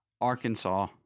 Arkansas